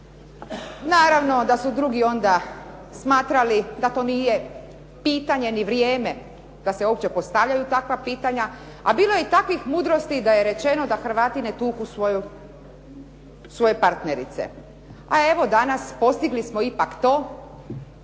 Naravno da su drugi onda smatrali da to nije pitanje ni vrijeme da se uopće postavljaju takva pitanja, a bilo je i takvih mudrosti da je rečeno da Hrvati ne tuku svoje partnerice. A evo danas postigli smo ipak to